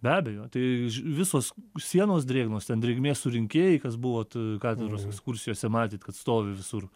be abejo tai ž visos sienos drėgnos ten drėgmės surinkėjai kas buvot katedros ekskursijose matėt kad stovi visur